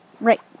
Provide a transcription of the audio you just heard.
Right